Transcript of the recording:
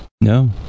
No